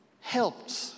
helped